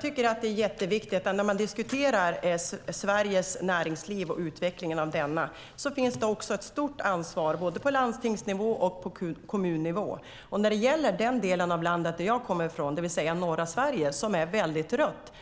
Fru talman! När man diskuterar Sveriges näringsliv och utvecklingen av detta är det jätteviktigt att komma ihåg att det också finns ett stort ansvar både på landstingsnivå och på kommunnivå. När det gäller den del av landet som jag kommer från, det vill säga norra Sverige, som är väldigt rött,